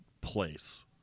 place